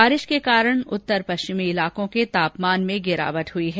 बारिश के कारण उत्तर पश्चिमी इलाकों के तापमान में गिरावट दर्ज की गई है